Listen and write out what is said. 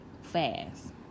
fast